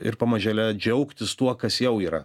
ir pamažėle džiaugtis tuo kas jau yra